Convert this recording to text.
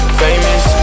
famous